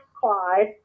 Clyde